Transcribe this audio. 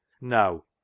No